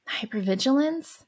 Hypervigilance